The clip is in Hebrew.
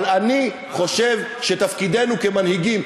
אבל אני חושב שתפקידנו כמנהיגים,